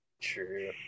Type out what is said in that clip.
True